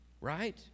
right